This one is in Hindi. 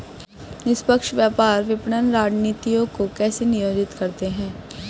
निष्पक्ष व्यापार विपणन रणनीतियों को कैसे नियोजित करते हैं?